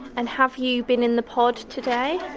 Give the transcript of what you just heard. and have you been in the pod today?